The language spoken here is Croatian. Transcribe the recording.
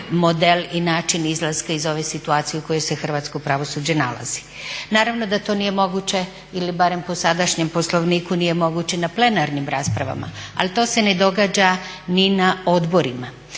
model i način izlaska iz ove situacije u kojoj se hrvatsko pravosuđe nalazi. Naravno da to nije moguće ili barem po sadašnjem Poslovniku nije moguće na plenarnim raspravama ali to se ne događa ni na odborima.